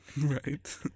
Right